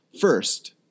first